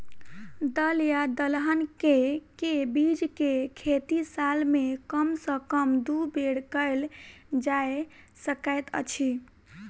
दल या दलहन केँ के बीज केँ खेती साल मे कम सँ कम दु बेर कैल जाय सकैत अछि?